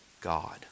God